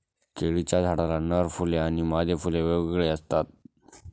केळीच्या झाडाला नर फुले आणि मादी फुले वेगवेगळी असतात